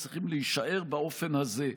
צריכים להישאר באופן הזה: